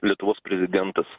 lietuvos prezidentas